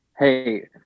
Hey